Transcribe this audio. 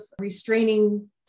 restraining